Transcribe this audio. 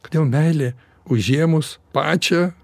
kodėl meilė užėmus pačią